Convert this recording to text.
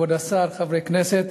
כבוד השר, חברי כנסת,